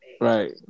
right